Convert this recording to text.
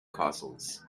castles